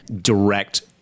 direct-